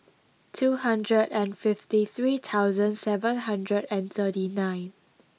two hundred and fifty three thousand seven hundred and thirty nine